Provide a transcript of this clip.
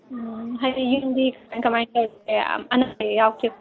ꯎꯝ ꯍꯥꯏꯗꯤ ꯌꯨꯝꯗꯤ ꯀꯃꯥꯏ ꯀꯃꯥꯏ ꯇꯧꯔꯤꯒꯦ ꯑꯅꯥ ꯑꯌꯦꯛ